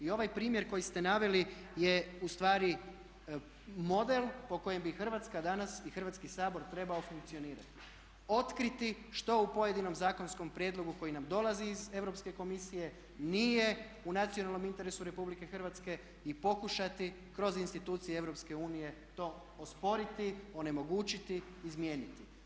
I ovaj primjer koji ste naveli je ustvari model po kojem bi Hrvatska dana i Hrvatski sabor trebao funkcionirati, otkriti što u pojedinom zakonskom prijedlogu koji nam dolazi iz Europske komisije nije u nacionalnom interesu Republike Hrvatske i pokušati kroz institucije Europske unije to osporiti, onemogućiti, izmijeniti.